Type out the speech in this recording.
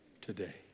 today